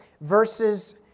verses